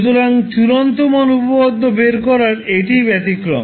সুতরাং চূড়ান্ত মান উপপাদ্য বের করার এটিই ব্যতিক্রম